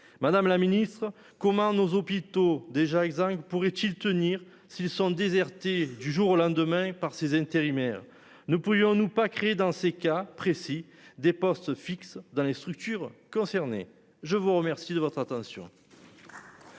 Madame la Ministre comment nos hôpitaux déjà exsangues pourraient-ils tenir. S'ils sont désertés. Du jour au lendemain par ces intérimaires ne pourrions-nous pas créer dans ces cas précis des postes fixes dans les structures concernées, je vous remercie de votre attention.--